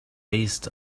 based